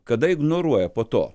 kada ignoruoja po to